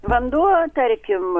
vanduo tarkim